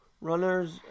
Runners